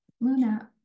Luna